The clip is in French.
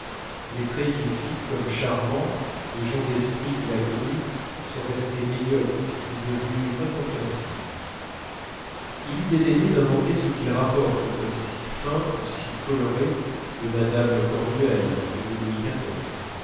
les traits qu'il cite comme charmants de gens d'esprit qu'il a connus sont restés médiocres ou devenus incompréhensibles il eût dédaigné d'inventer ce qu'il rapporte comme si fin ou si coloré de mme cornuel ou de louis